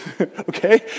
Okay